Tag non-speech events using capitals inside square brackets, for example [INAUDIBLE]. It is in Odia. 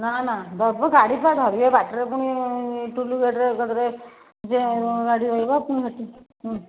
ନା ନା ଦବୁ ଗାଡ଼ି ପା ଧରିବେ ବାଟରେ ପୁଣି ଟୁଲୁ ଗେଟ୍ରେ ଗାଡ଼ିରେ ଯେ ଗାଡ଼ି ରହିବ [UNINTELLIGIBLE]